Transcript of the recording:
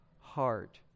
Heart